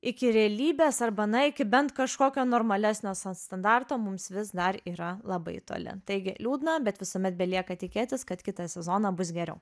iki realybės arba na iki bent kažkokio normalesnio san standarto mums vis dar yra labai toli taigi liūdna bet visuomet belieka tikėtis kad kitą sezoną bus geriau